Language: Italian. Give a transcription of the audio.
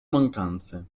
mancanze